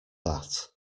that